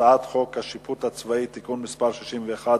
הצעת חוק השיפוט הצבאי (תיקון מס' 61),